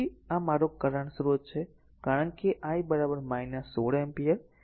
તેથી આ મારો કરંટ સ્રોત છે કારણ કે I 16 એમ્પીયર